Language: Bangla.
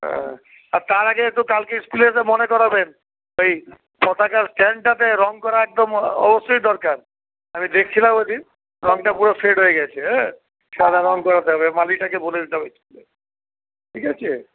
হ্যাঁ আর তার আগে একটু কালকে স্কুলে এসে মনে করাবেন ওই পতাকার স্ট্যান্ডটাতে রঙ করা একদম অবশ্যই দরকার আমি দেখছিলাম ওই দিন রঙটা পুরো ফেড হয়ে গেছে হ্যাঁ সাদা রং করাতে হবে মালিটাকে বলে দিতে হবে স্কুলে ঠিক আছে